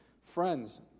friends